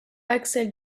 axel